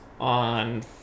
on